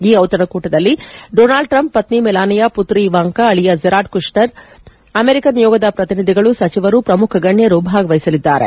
ಈ ದಿತಣಕೂಟದಲ್ಲಿ Donald Trump ಪತ್ನಿ ಮೆಲಾನಿಯಾ ಮತ್ರಿ ಇವಾಂಕಾ ಅಳಿಯ ಜೆರಾಡ್ ಕುಷನರ್ ಅಮೆರಿಕ ನಿಯೋಗದ ಪ್ರತಿನಿಧಿಗಳು ಸಚಿವರು ಪ್ರಮುಖ ಗಣ್ಯರು ಭಾಗವಹಿಸಲಿದ್ದಾರೆ